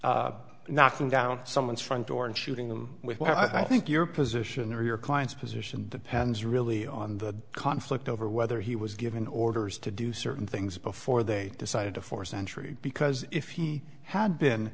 justifies knocking down someone's front door and shooting them with i think your position or your client's position depends really on the conflict over whether he was given orders to do certain things before they decided to force sentry because if he had been